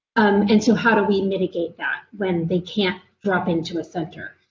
um and so, how do we mitigate that, when they can't drop into a center?